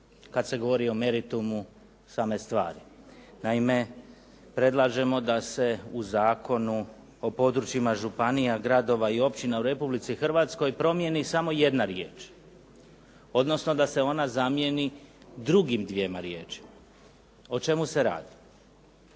kad se govori o meritumu same stvari. Naime, predlažemo da se u Zakonu o područjima županija, gradova i općina u Republici Hrvatskoj promijeni samo jedna riječ odnosno da se ona zamijeni drugim dvjema riječima. O čemu se radi?